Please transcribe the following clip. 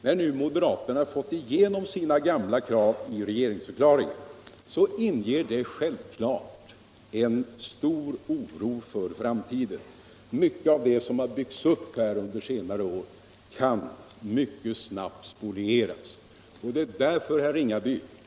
När nu moderaterna fått igenom sina gamla krav i regeringsförklaringen, så inger det självklart en stark oro för framtiden. Mycket av det som har byggts upp under senare år kan snabbt spolieras.